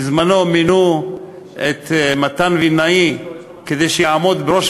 בזמנו מינו את מתן וילנאי כדי שיעמוד בראש